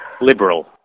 Liberal